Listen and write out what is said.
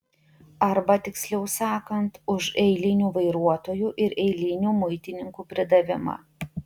arba tiksliau sakant už eilinių vairuotojų ir eilinių muitininkų pridavimą